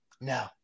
No